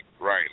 right